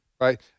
Right